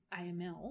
aml